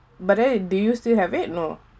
but then do you still have it no